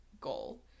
goal